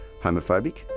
homophobic